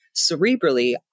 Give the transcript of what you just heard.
Cerebrally